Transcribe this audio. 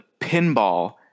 pinball